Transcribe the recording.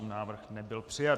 Návrh nebyl přijat.